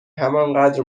همانقدر